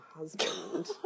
husband